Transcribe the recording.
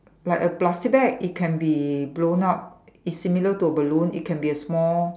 like a plastic bag it can been blown up is similar to a balloon it can be a small